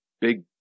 big